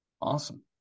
Awesome